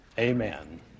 Amen